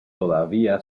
todavía